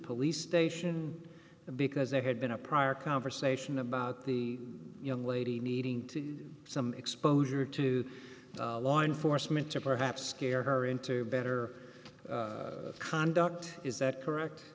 police station because there had been a prior conversation about the young lady needing to some exposure to law enforcement to perhaps scare her into better conduct is that correct